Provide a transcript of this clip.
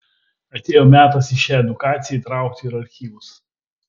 atėjo metas į šią edukaciją įtraukti ir archyvus